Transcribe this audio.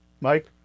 Mike